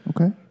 Okay